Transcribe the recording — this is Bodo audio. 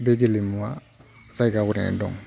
बे गेलेमुआ जायगा आवग्रिनानै दं